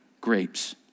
grapes